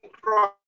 cross